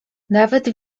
nawet